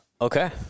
Okay